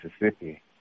Mississippi